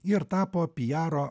ir tapo piaro